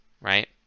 right